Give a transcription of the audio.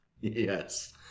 yes